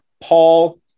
Paul